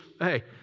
hey